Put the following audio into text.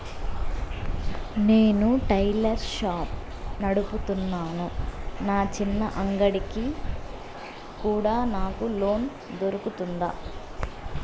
నేను tailor shop నడుపుతున్నాను, నా చిన్న అంగడి కి కూడా నాకు లోను దొరుకుతుందా?